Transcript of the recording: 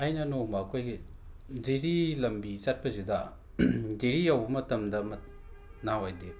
ꯑꯩꯅ ꯅꯣꯡꯃ ꯑꯩꯈꯣꯏꯒꯤ ꯖꯤꯔꯤ ꯂꯝꯕꯤ ꯆꯠꯄꯁꯤꯗ ꯖꯤꯔꯤ ꯌꯧꯕ ꯃꯔꯝꯗ ꯅꯍꯥꯟꯋꯥꯏꯗꯤ